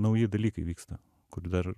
nauji dalykai vyksta kur dar